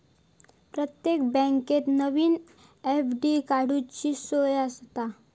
प्रत्येक बँकेत नवीन एफ.डी काडूची सोय आसता